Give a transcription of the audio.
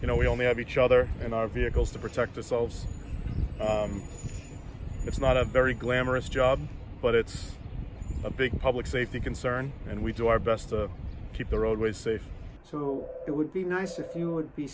you know we only have each other and our vehicles to protect ourselves it's not a very glamorous job but it's a big public safety concern and we do our best to keep the roadways safe so it would be nice if you would be